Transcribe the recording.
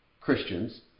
Christians